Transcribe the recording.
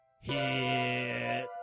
Hit